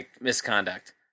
misconduct